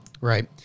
Right